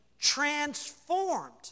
transformed